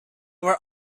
were